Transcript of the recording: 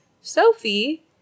Sophie